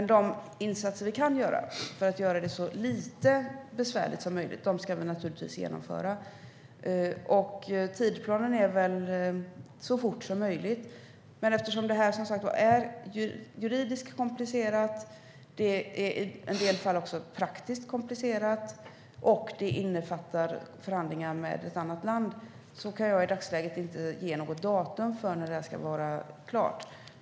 De initiativ vi kan ta för att kontrollerna ska innebära så lite besvär som möjligt ska naturligtvis genomföras. Tidsplanen är så fort som möjligt. Eftersom det här är juridiskt komplicerat och i en del fall också är praktiskt komplicerat och innefattar förhandlingar med ett annat land kan jag i dagsläget inte ge något datum för när åtgärderna ska vara klara.